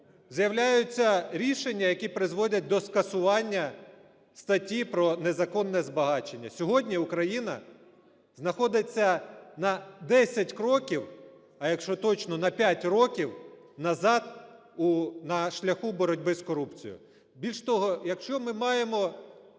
з'являються рішення, які призводять до скасування статті про незаконне збагачення. Сьогодні Україна знаходиться на 10 кроків, а якщо точно, на 5 років назад на шляху боротьби з корупцією. Більше того, якщо ми маємо